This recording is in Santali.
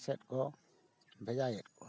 ᱥᱮᱫ ᱠᱚ ᱵᱷᱮᱡᱟᱭᱮᱫ ᱠᱚᱣᱟ